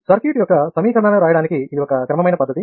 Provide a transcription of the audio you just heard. circuit యొక్క సమీకరణాన్ని వ్రాయడానికి ఇది ఒక క్రమమైన పద్ధతి